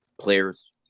players